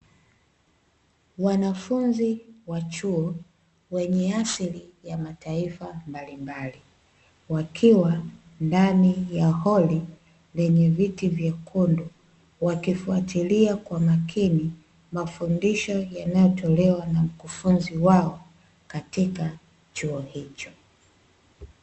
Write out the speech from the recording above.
Wanafunzi wa chuo wenye asili ya mataifa mbalimbali wakiwa ndani ya holi lenye viti vyekundu, wakifuatilia kwa makini mafundisho yanayotolewa na mkufunzi wao katika chuo hicho.